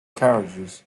carriages